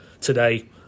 today